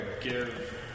give